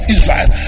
Israel